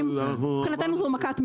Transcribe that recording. מבחינתנו זאת מכת מדינה.